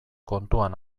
kontuan